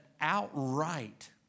outright